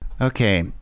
Okay